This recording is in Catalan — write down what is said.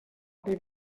dvd